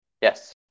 Yes